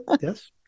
yes